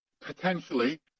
potentially